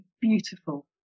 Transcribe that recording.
beautiful